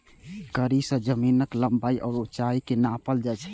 कड़ी सं जमीनक लंबाइ आ चौड़ाइ कें नापल जाइ छै